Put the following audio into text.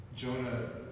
Jonah